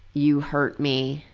you hurt me.